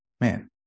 man